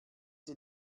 sie